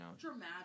Dramatic